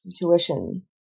Intuition